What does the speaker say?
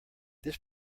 this